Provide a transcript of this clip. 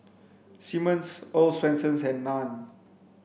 Simmons Earl's Swensens and Nan